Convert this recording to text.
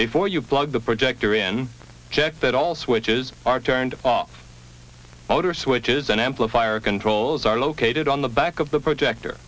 before you plug the projector in checked that all switches are turned off motors which is an amplifier controls are located on the back of the projector